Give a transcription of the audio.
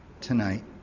tonight